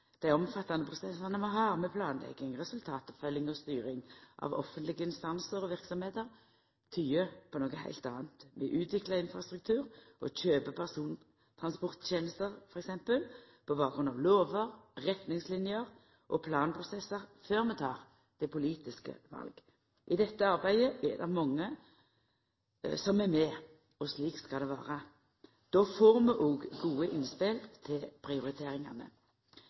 Dei omfattande prosessane vi har med planlegging, resultatoppfølging og styring av offentlege instansar og verksemder, tyder på noko heilt anna. Vi utviklar infrastruktur og kjøper persontransporttenester, f.eks., på bakgrunn av lover, retningsliner og planprosessar før vi tek dei politiske vala. I dette arbeidet er det mange som er med – slik det skal vera. Då får vi òg gode innspel til prioriteringane.